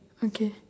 okay